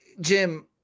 Jim